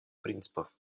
принципов